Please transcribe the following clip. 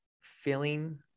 feeling